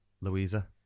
Louisa